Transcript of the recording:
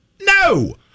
No